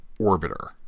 Orbiter